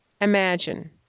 Imagine